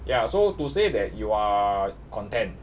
ya so to say that you are content